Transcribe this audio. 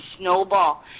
snowball